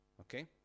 okay